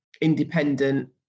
independent